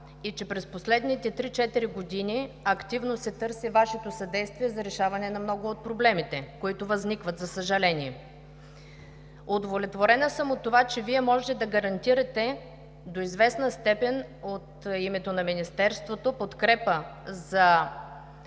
и че през последните три-четири години активно се търси Вашето съдействие за решаване на много от проблемите, които възникват, за съжаление. Удовлетворена съм от това, че до известна степен Вие може да гарантирате от името на Министерството подкрепа за